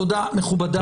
תודה, מכובדיי.